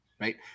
right